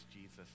Jesus